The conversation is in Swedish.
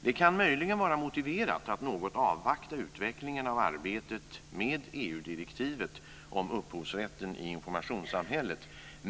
Det kan möjligen vara motiverat att något avvakta utvecklingen av arbetet med EU-direktivet om upphovsrätten i informationssamhället.